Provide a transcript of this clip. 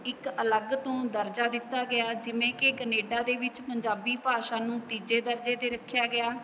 ਇੱਕ ਅਲੱਗ ਤੋਂ ਦਰਜਾ ਦਿੱਤਾ ਗਿਆ ਜਿਵੇਂ ਕਿ ਕਨੇਡਾ ਦੇ ਵਿੱਚ ਪੰਜਾਬੀ ਭਾਸ਼ਾ ਨੂੰ ਤੀਜੇ ਦਰਜੇ 'ਤੇ ਰੱਖਿਆ ਗਿਆ